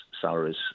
salaries